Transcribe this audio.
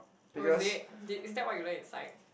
oh is it is that what you learn inside